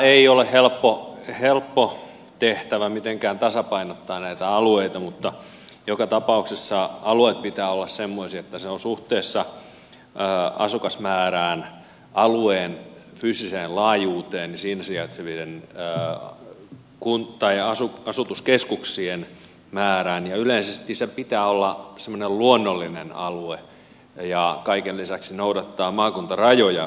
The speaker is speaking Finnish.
ei ole helppo tehtävä mitenkään tasapainottaa näitä alueita mutta joka tapauksessa alueiden pitää olla semmoisia että ne ovat suhteessa asukasmäärään alueen fyysiseen laajuuteen siinä sijaitsevien asutuskeskuksien määrään ja yleisesti sen pitää olla semmoinen luonnollinen alue ja kaiken lisäksi noudattaa maakuntarajoja